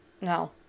No